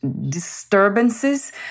disturbances